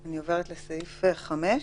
אני עוברת לסעיף 5: